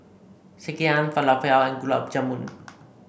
Sekihan Falafel and Gulab Jamun